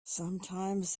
sometimes